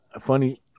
funny